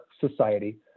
society